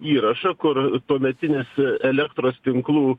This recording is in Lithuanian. įrašą kur tuometinis elektros tinklų